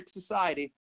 society